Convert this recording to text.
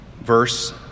verse